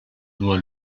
nur